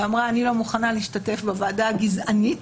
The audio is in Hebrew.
ואמרה: אני לא מוכנה להשתתף בוועדה הגזענית